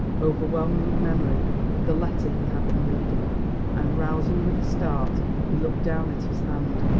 overwhelming memory of the letter he had been reading and, rousing with a start, he looked down at his hand,